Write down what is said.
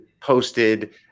posted